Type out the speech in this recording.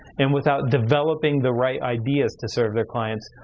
and without developing the right ideas to serve their clients,